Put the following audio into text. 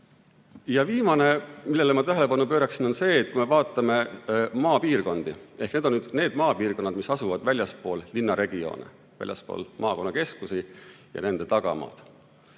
Ja viimane, millele ma tähelepanu pööraksin, on see, et kui me vaatame maapiirkondi – need on maapiirkonnad, mis asuvad väljaspool linnaregioone, väljaspool maakonnakeskusi ja nende tagamaad